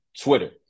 Twitter